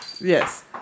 Yes